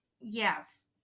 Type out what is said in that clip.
Yes